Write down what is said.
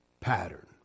pattern